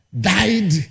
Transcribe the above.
died